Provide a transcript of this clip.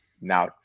now